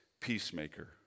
peacemaker